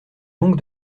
donc